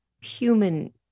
human